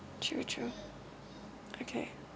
true true okay